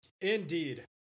Indeed